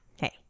Hey